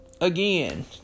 again